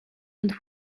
and